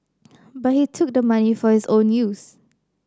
but he took the money for his own use